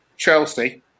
Chelsea